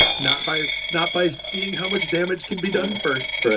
not so not by seeing how much damage can be done first.